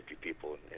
people